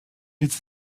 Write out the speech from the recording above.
it’s